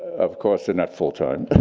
of course, they're not full-time.